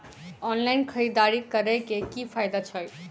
Online खरीददारी करै केँ की फायदा छै?